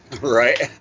Right